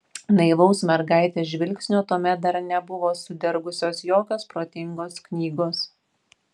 naivaus mergaitės žvilgsnio tuomet dar nebuvo sudergusios jokios protingos knygos